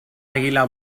àguila